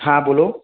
હા બોલો